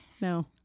No